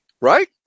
right